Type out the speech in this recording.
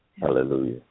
Hallelujah